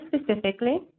specifically